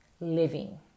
living